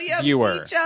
viewer